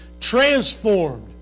transformed